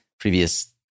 Previous